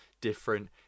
different